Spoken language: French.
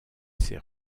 ses